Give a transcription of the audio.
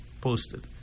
posted